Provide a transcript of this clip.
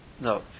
no